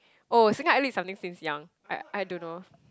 oh single eyelid something since young I I don't know